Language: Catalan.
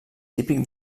típic